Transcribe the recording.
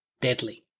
deadly